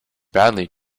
badly